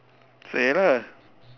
say lah